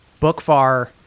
Bookfar